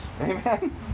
Amen